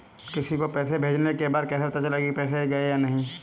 किसी को पैसे भेजने के बाद कैसे पता चलेगा कि पैसे गए या नहीं?